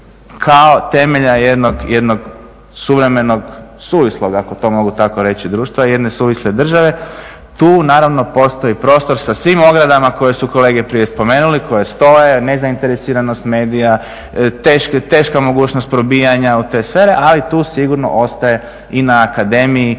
kao temelja jednog suvremenog, suvislog ako to mogu tako reći društva i jedne suvisle države. Tu naravno postoji prostor sa svim ogradama koji su kolege prije spomenuli, koje stoje, nezainteresiranost medija, teška mogućnost probijanja u te sfere, ali tu sigurno ostaje i na akademiji